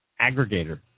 aggregator